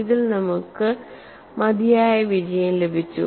ഇതിൽ നമുക്ക് മതിയായ വിജയം ലഭിച്ചു